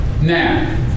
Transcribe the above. Now